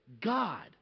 God